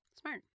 Smart